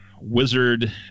wizard